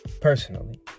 personally